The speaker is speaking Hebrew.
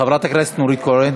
חברת הכנסת נורית קורן.